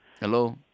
Hello